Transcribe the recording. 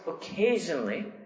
occasionally